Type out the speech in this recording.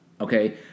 Okay